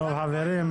מוסי,